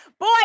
boy